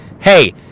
Hey